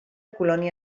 colònia